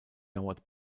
dauert